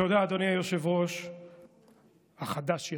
תודה, אדוני היושב-ראש החדש-ישן,